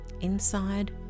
inside